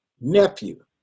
nephew